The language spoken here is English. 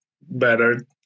better